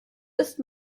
ist